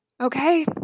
okay